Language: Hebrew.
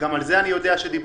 גם על זה אני יודע שדיברתם.